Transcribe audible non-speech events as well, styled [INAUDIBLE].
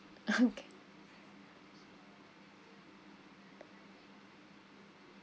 [LAUGHS] okay